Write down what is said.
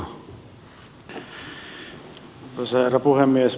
arvoisa herra puhemies